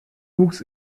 wuchs